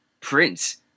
Prince